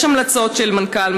יש המלצות של מנכ"ל.